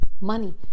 money